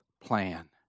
plan